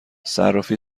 صرافی